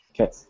Okay